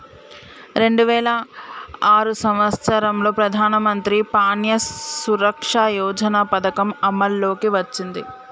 రెండు వేల ఆరు సంవత్సరంలో ప్రధానమంత్రి ప్యాన్య సురక్ష యోజన పథకం అమల్లోకి వచ్చింది